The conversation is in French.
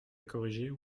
corriger